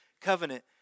covenant